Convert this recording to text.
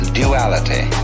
duality